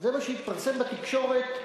זה מה שהתפרסם בתקשורת.